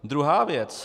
Druhá věc.